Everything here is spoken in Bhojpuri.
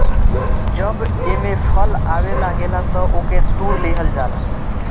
जब एमे फल आवे लागेला तअ ओके तुड़ लिहल जाला